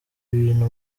ibintu